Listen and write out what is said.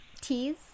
Teas